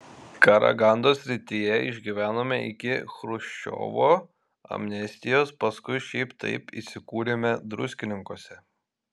karagandos srityje išgyvenome iki chruščiovo amnestijos paskui šiaip taip įsikūrėme druskininkuose